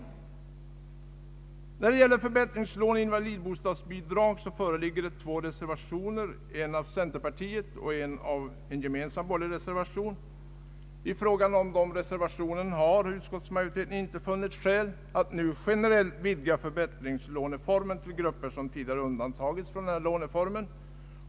När det gäller förbättringslån och invalidbostadsbidrag föreligger två reservationer, en av centerpartiet och en gemensam borgerlig reservation. I fråga om dessa reservationer har utskottsmajoriteten inte funnit skäl att nu generellt vidga förbättringslåneformen till att omfatta de grupper som tidigare undantagits från denna låneform.